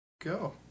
Go